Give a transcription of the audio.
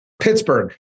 Pittsburgh